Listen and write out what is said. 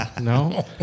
No